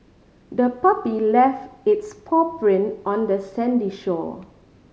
the puppy left its paw print on the sandy shore